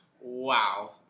Wow